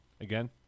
again